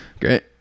Great